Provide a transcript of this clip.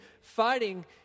fighting